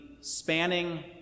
spanning